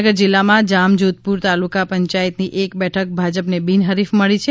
જામનગર જિલ્લામાં જામજોધપુર તાલુકા પંચાયતની એક બેઠક ભાજપને બિન હરીફ મળી છે